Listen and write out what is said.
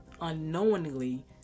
unknowingly